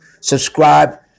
Subscribe